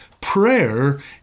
Prayer